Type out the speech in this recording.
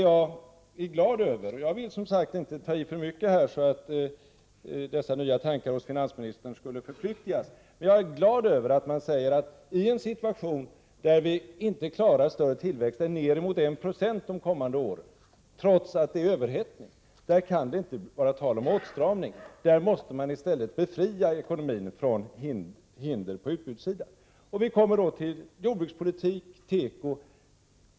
Jag vill, som sagt, inte ta i för mycket här, så att finansministerns nya tankar förflyktigas. Men jag är glad över att man säger att det inte kan bli tal om åtstramning i en situation, där vi inte klarar större tillväxt än ungefär 1 Zo kommande år, trots att det är överhettning. Här måste man i stället befria ekonomin från hinder på utbudssidan. Vi kommer då till jordbrukspolitiken och teko.